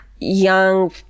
young